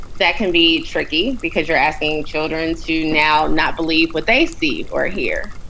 that can be tricky because you're asking children to now not believe what they see or hear.